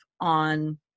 on